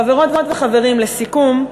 חברות וחברים, לסיכום,